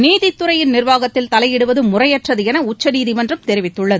நீதித்துறையின் நிர்வாகத்தில் தலையிடுவது முறையற்றது என உச்சநீதிமன்றம் தெரிவித்துள்ளது